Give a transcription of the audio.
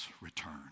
return